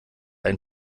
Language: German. ein